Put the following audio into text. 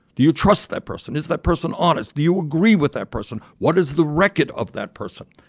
do you trust that person? is that person honest? do you agree with that person? what is the record of that person?